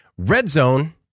RedZone